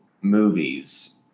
movies